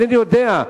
אינני יודע.